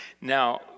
Now